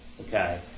Okay